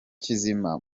kizima